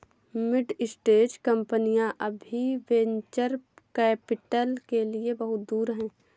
mid stage कंपनियां अभी venture capital के लिए बहुत दूर हैं